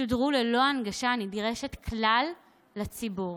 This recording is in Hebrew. שודרו ללא ההנגשה הנדרשת לכלל הציבור.